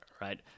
right